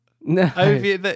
no